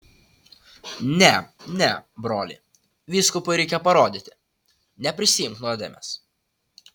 ne ne broli vyskupui reikia parodyti neprisiimk nuodėmės